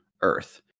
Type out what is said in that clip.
Earth